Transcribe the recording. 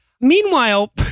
Meanwhile